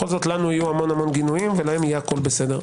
בכל זאת לנו יהיו המון גינויים ולהם יהיה הכול בסדר.